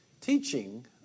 teaching